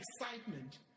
excitement